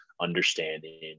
understanding